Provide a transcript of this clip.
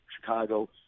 Chicago